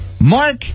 Mark